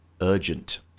Urgent